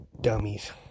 dummies